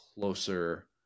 closer